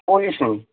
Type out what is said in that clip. પોલીસની